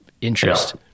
interest